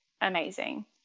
amazing